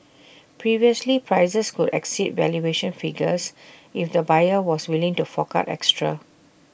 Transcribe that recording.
previously prices could exceed valuation figures if the buyer was willing to fork out extra